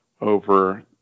over